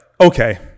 okay